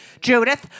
Judith